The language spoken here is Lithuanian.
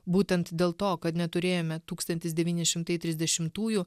būtent dėl to kad neturėjome tūkstantis devyni šimtai trisdešimtųjų